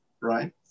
right